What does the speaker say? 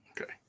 Okay